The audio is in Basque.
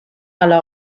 ala